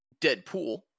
Deadpool